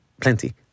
plenty